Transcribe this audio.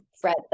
Fred